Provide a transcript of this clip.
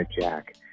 Jack